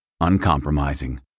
uncompromising